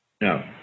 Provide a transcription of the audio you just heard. No